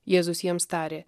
jėzus jiems tarė